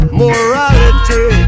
morality